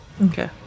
Okay